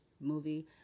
movie